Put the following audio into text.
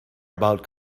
about